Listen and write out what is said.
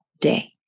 day